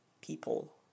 people